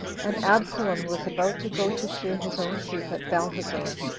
and absalom was about to go to shear his own sheep at baalhazor,